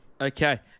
Okay